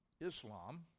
Islam